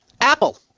Apple